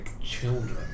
children